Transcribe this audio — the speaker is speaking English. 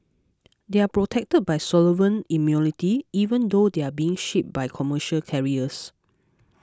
they are protected by sovereign immunity even though they were being shipped by commercial carriers